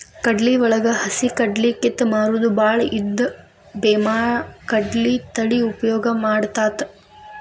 ಕಡ್ಲಿವಳಗ ಹಸಿಕಡ್ಲಿ ಕಿತ್ತ ಮಾರುದು ಬಾಳ ಇದ್ದ ಬೇಮಾಕಡ್ಲಿ ತಳಿ ಉಪಯೋಗ ಮಾಡತಾತ